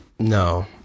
no